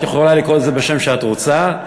את יכולה לקרוא לזה בשם שאת רוצה,